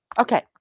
Okay